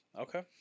Okay